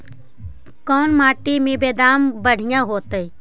कोन मट्टी में बेदाम बढ़िया होतै?